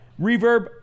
reverb